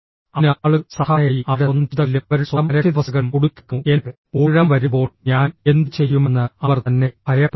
അതിനാൽ ആളുകൾ സാധാരണയായി അവരുടെ സ്വന്തം ചിന്തകളിലും അവരുടെ സ്വന്തം അരക്ഷിതാവസ്ഥകളിലും കുടുങ്ങിക്കിടക്കുന്നു എന്റെ ഊഴം വരുമ്പോൾ ഞാൻ എന്തുചെയ്യുമെന്ന് അവർ തന്നെ ഭയപ്പെടുന്നു